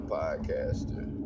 podcaster